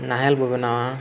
ᱱᱟᱦᱮᱞ ᱵᱚ ᱵᱮᱱᱟᱣᱟ